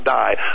die